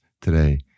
today